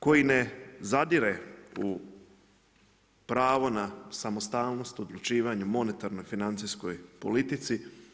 Koji ne zadire u pravo na samostalnost, odlučivanja, monetarnoj financijskoj politici.